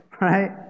right